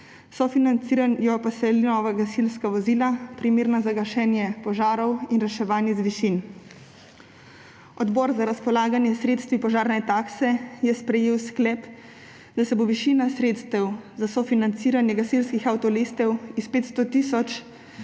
Sofinancirajo pa se nova gasilska vozila, primerna za gašenje požarov in reševanje z višin. Odbor za razpolaganje s sredstvi požarne takse je sprejel sklep, da se bo višina sredstev za sofinanciranje gasilskih avtolestev s 500 tisoč